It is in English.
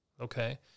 Okay